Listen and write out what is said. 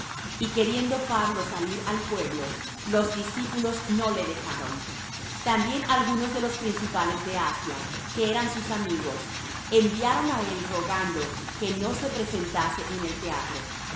y queriendo pablo salir al pueblo los discípulos no le dejaron también algunos de los principales de asia que eran sus amigos enviaron á él rogando que no se presentase en el teatro